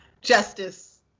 justice